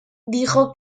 dijo